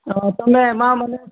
હા તમે એમાં મને